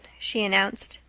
she announced.